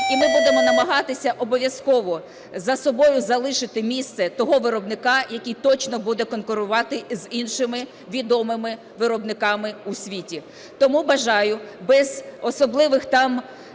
і ми будемо намагатися обов'язково за собою залишити місце того виробника, який точно буде конкурувати із іншими відомими виробниками у світі. Тому бажаю, без особливих там